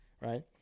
right